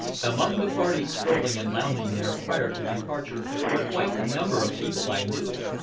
among the party strolling and lounging there prior to departure were quite a number of people i knew,